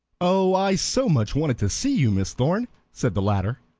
oh, i so much wanted to see you, miss thorn, said the latter.